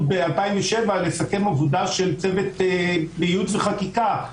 ב-2007 לסכם עבודה של צוות ייעוץ וחקיקה.